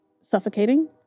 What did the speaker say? suffocating